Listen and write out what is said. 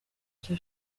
icyo